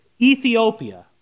Ethiopia